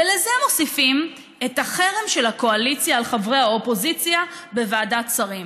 ולזה מוסיפים את החרם של הקואליציה על חברי האופוזיציה בוועדת שרים.